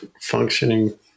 functioning